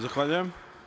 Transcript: Zahvaljujem.